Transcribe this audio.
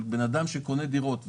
אבל בן אדם שקונה דירות,